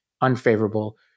unfavorable